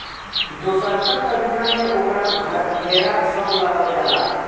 दोसरका तरीका में ओकर घेरा सब लगावल जाला